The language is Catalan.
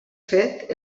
fet